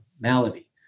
malady